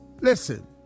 Listen